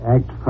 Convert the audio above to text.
Act